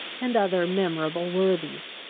and other memorable worthies,